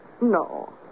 No